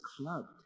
clubbed